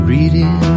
Reading